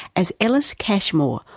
as ellis cashmore,